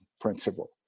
principle